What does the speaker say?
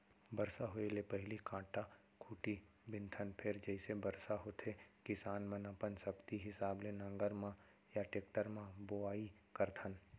बरसा होए ले पहिली कांटा खूंटी बिनथन फेर जइसे बरसा होथे किसान मनअपन सक्ति हिसाब ले नांगर म या टेक्टर म बोआइ करथन